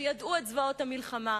שידעו את זוועות המלחמה,